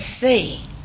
see